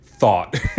thought